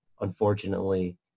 unfortunately